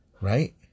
right